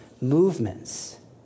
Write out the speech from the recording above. movements